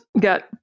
got